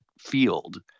field